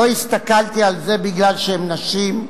לא הסתכלתי על זה משום שהן נשים,